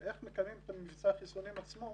ואיך מקיימים את מבצע החיסונים עצמו